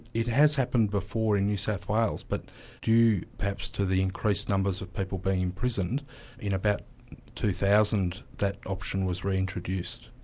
it has happened before in new south wales, but due perhaps to the increased numbers of people being imprisoned in about two thousand, that option was reintroduced.